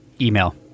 Email